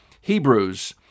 Hebrews